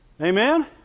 Amen